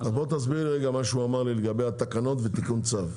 תסביר לי מה שהוא אמר לי לגבי התקנות ותיקון צו.